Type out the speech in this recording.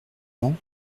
ans